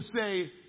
say